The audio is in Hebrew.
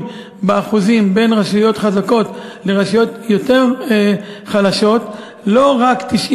באחוזים בין רשויות חזקות לרשויות חלשות לא רק 90